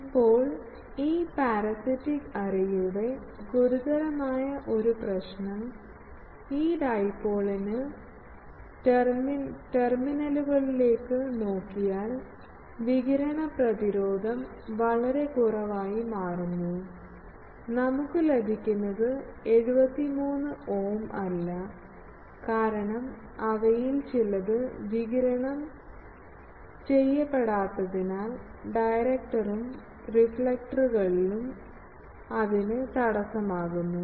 ഇപ്പോൾ ഈ പരാസിറ്റിക് എറേയുടെ ഗുരുതരമായ ഒരു പ്രശ്നം ഈ ഡൈപോളിന് ടെർമിനലുകളിലേക്ക് നോക്കിയാൽ വികിരണ പ്രതിരോധം വളരെ കുറവായി മാറുന്നു നമുക്ക് ലഭിക്കുന്നത് 73 ഓം അല്ല കാരണം അവയിൽ ചിലത് വികിരണം ചെയ്യപ്പെടാത്തതിനാൽ ഡയറക്ടറും റിഫ്ലക്ടറുകളും അതിന് തടസ്സമാകുന്നു